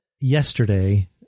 yesterday